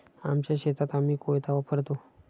आमच्या शेतात आम्ही कोयता वापरतो